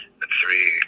three